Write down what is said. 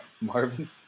Marvin